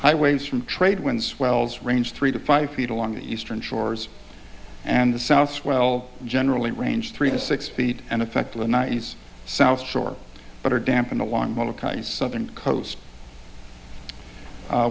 high waves from trade winds swells range three to five feet along the eastern shores and the south swell generally range three to six feet and affect the nice south shore but are dampened along one of these southern coast